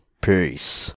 Peace